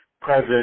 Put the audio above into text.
present